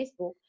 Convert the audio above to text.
Facebook